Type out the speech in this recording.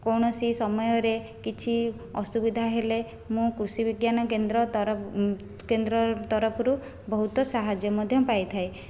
କୌଣସି ସମୟରେ କିଛି ଅସୁବିଧା ହେଲେ ମୁଁ କୃଷି ବିଜ୍ଞାନ କେନ୍ଦ୍ର ତରଫ କେନ୍ଦ୍ର ତରଫରୁ ବହୁତ ସାହାଯ୍ୟ ମଧ୍ୟ ପାଇଥାଏ